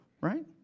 right